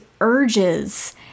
urges